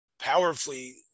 powerfully